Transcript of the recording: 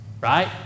right